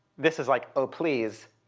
this is like, oh, please,